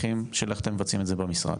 איך אתם מבצעים את זה במשרד.